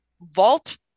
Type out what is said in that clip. vault